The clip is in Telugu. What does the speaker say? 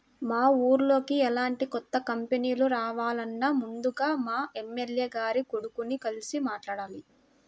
మా ఊర్లోకి ఎలాంటి కొత్త కంపెనీలు రావాలన్నా ముందుగా మా ఎమ్మెల్యే గారి కొడుకుని కలిసి మాట్లాడాలి